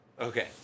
Okay